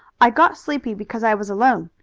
i got sleepy because i was alone.